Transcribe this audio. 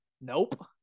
Nope